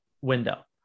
window